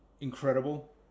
incredible